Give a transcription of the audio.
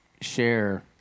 share